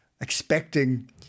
expecting